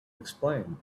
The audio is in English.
explain